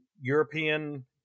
European